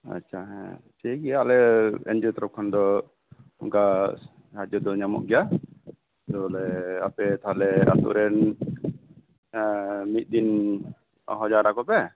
ᱟᱪ ᱪᱷᱟ ᱦᱮᱸ ᱴᱷᱤᱠ ᱜᱮᱭᱟ ᱟᱞᱮ ᱮᱱ ᱡᱤ ᱳ ᱛᱚᱨᱚᱯ ᱠᱷᱚᱱ ᱫᱚ ᱚᱱᱠᱟ ᱥᱟᱦᱟᱡᱽᱡᱳ ᱫᱚ ᱧᱟᱢᱚᱜ ᱜᱮᱭᱟ ᱛᱚ ᱵᱚᱞᱮ ᱟᱯᱮ ᱛᱟᱦᱞᱮ ᱟᱹᱛᱩᱨᱮᱱ ᱢᱤᱫ ᱫᱤᱱ ᱦᱚᱦᱚ ᱡᱟᱣᱨᱟ ᱠᱚᱯᱮ